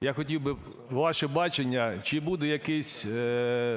Я хотів би ваше бачення, чи буде якийсь